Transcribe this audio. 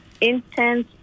intense